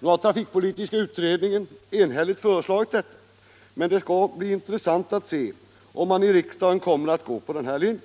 Nu har trafikpolitiska utredningen enhälligt föreslagit detta. Men det skall bli intressant att se om man i riksdagen kommer att följa den linjen.